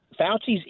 Fauci's